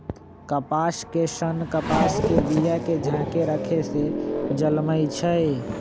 कपास के सन्न कपास के बिया के झाकेँ रक्खे से जलमइ छइ